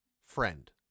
friend